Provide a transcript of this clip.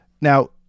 Now